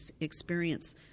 experience